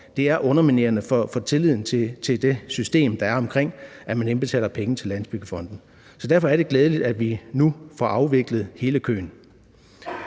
er det underminerende for tilliden til det system, der er omkring, at man indbetaler penge til Landsbyggefonden. Så derfor er det glædeligt, at vi nu får afviklet hele køen.